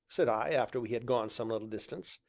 said i, after we had gone some little distance,